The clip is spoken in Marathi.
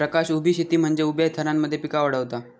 प्रकाश उभी शेती म्हनजे उभ्या थरांमध्ये पिका वाढवता